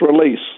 release